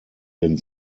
den